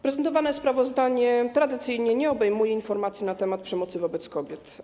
Prezentowane sprawozdanie tradycyjnie nie obejmuje informacji na temat przemocy wobec kobiet.